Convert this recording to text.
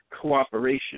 cooperation